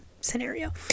scenario